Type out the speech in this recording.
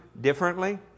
differently